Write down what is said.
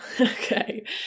Okay